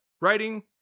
writing